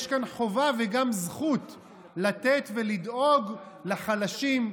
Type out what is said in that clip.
יש כאן חובה וגם זכות לתת ולדאוג לחלשים,